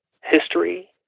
history